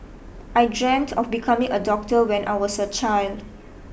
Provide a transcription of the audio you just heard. I dreamt of becoming a doctor when I was a child